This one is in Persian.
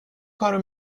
کارو